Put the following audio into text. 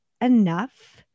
enough